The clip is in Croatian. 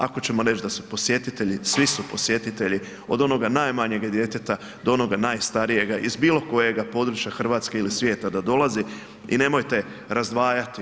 Ako ćemo reći da su posjetitelji, svi su posjetitelji od onoga najmanjega djeteta do onoga najstarijega iz bilo kojega područja Hrvatske ili svijeta da dolazi i nemojte razdvajati.